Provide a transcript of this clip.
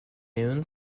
noon